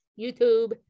YouTube